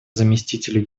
заместителю